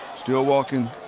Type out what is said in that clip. still walking.